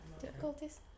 Difficulties